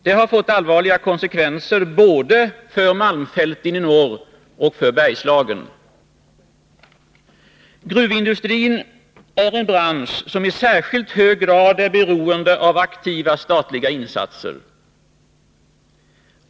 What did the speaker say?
Det har fått allvarliga konsekvenser för malmfälten både i norr och i Bergslagen. Gruvindustrin är en bransch som i särskilt hög grad är beroende av aktiva statliga insatser.